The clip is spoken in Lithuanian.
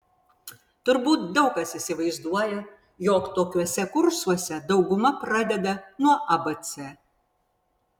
turbūt daug kas įsivaizduoja jog tokiuose kursuose dauguma pradeda nuo abc